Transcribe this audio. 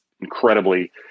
incredibly